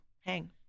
hang